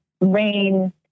rain